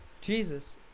Jesus